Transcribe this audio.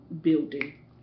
building